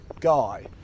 Guy